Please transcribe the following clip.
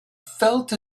felt